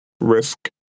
risk